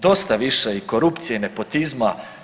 Dosta više i korupcije i nepotizma.